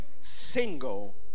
single